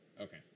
Okay